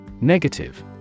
Negative